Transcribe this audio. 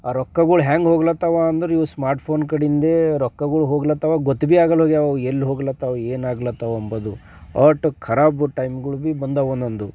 ಆ ರೊಕ್ಕಗಳು ಹೆಂಗೆ ಹೋಗ್ಲತ್ತಾವ ಅಂದ್ರೆ ಇವು ಸ್ಮಾರ್ಟ್ ಫೋನ್ ಕಡಿಂದೇ ರೊಕ್ಕಗಳು ಹೋಗ್ಲತ್ತಾವ ಗೊತ್ತು ಭೀ ಆಗೊಲ್ಲ ಹೋಗಿವೆ ಎಲ್ಲಿ ಹೋಗ್ಲತ್ತಾವ ಏನು ಆಗ್ಲತ್ತವ ಅನ್ನೋದು ಅಷ್ಟು ಖರಾಬು ಟೈಮ್ಗಳು ಭೀ ಬಂದಿವೆ ಒಂದೊಂದು